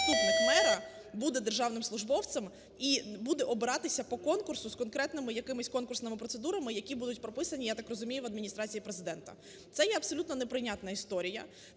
заступник мера буде державним службовцем і буде обиратися по конкурсу з конкретними якимись конкурсними процедурами, які будуть прописані, я так розумію, в Адміністрації Президента. Це є абсолютно неприйнятна історія.